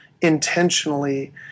intentionally